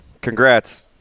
Congrats